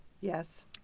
Yes